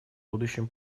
будущем